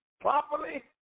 properly